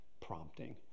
prompting